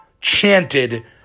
chanted